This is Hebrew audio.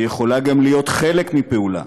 והיא יכולה גם להיות חלק מפעולה,